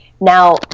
Now